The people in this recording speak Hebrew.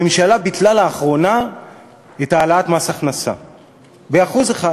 הממשלה ביטלה לאחרונה את העלאת מס הכנסה ב-1%.